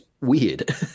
weird